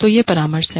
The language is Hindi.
तो यह परामर्श है